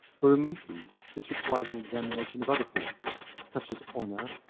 for omissi, this requires an examination of other forces, such as honour,